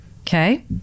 Okay